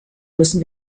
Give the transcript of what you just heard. müssen